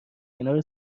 کنار